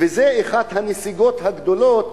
וזה אחת הנסיגות הגדולות,